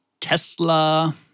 Tesla